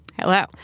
Hello